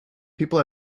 people